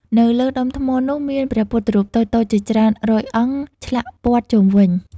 នៅលើដុំថ្មនោះមានព្រះពុទ្ធរូបតូចៗជាច្រើនរយអង្គឆ្លាក់ព័ទ្ធជុំវិញ។